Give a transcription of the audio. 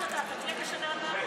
לא.